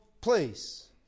place